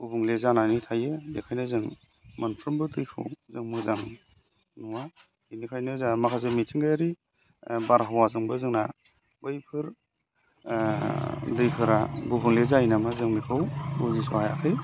गुबुंले जानानै थायो बेखायनो जों मोनफ्रोमबो दैखौ जों मोजां नुया बिनिखायनो जोंहा माखासे मिथिंगायारि बारहावाजोंबो जोंना बैफोर दैफोरा गुबुंले जायो नामा जों बेखौ बुजिस' हायाखै